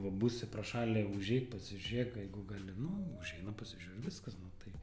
va būsi pro šalį užeik pasižiūrėk jeigu gali nu užeina pasižiūri viskas nu tai